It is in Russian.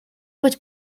быть